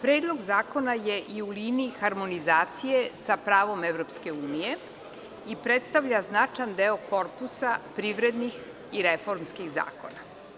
Predlog zakona je u liniji harmonizacije sa pravom EU i predstavlja značajan deo korpusa privrednih i reformskih zakona.